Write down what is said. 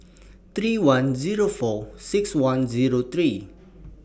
three one Zero four six one Zero three